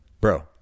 Bro